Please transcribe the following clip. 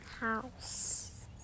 house